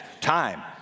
time